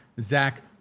Zach